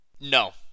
No